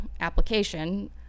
application